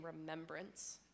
remembrance